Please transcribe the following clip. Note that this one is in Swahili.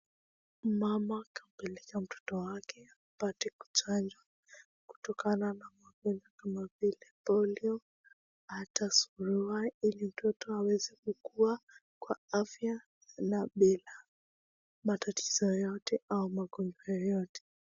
Mama kapeleka mtoto wake apate kuchanjwa kutokana na magonjwa kama vile polio, hata surua ili mtoto aweze kukua kwa afya na bila matatizo yoyote au magonjwa yoyote.